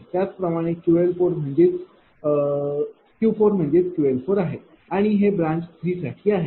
त्याच प्रमाणे Q म्हणजेच QL आहे आणि हे ब्रांच 3 साठी आहे